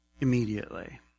immediately